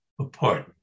apart